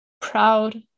proud